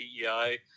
PEI